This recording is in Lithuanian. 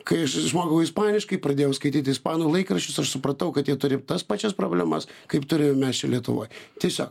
kai aš išmokau ispaniškai pradėjau skaityti ispanų laikraščius aš supratau kad jie turi tas pačias problemas kaip turim mes čia lietuvoj tiesiog